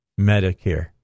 Medicare